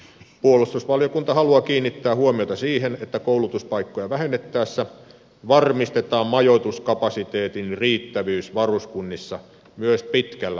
puolustusvaliokunta haluaa kiinnittää huomiota siihen että koulutuspaikkoja vähennettäessä varmistetaan majoituskapasiteetin riittävyys varuskunnissa myös pitkällä aikajänteellä